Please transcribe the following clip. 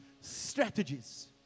strategies